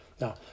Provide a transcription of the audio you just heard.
Now